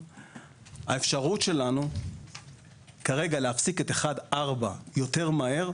האפשרות שלנו כרגע להפסיק את 4-1 יותר מהר,